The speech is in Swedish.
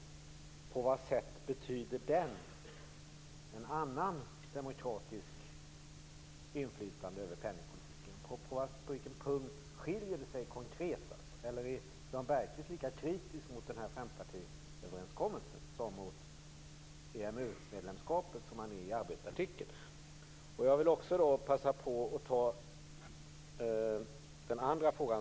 På vad sätt betyder den ett annat demokratiskt inflytande över penningpolitiken? På vilken punkt skiljer det sig konkret? Eller är Jan Bergqvist lika kritisk mot den här fempartiöverenskommelsen som han i Arbetetartikeln var mot EMU-medlemskapet? Jag vill också passa på att ta upp den andra frågan.